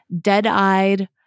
dead-eyed